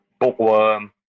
bookworm